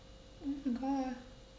oh my god